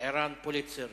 מליאת הכנסת הנכבדה,